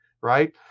right